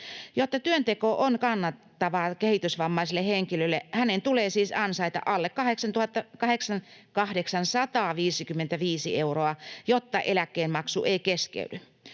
Jotta työnteko on kannattavaa kehitysvammaiselle henkilölle, hänen tulee siis ansaita alle 855 euroa, jotta eläkkeen maksu ei keskeydy.